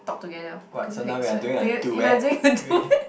talk together quick quick quick so tog~ you are doing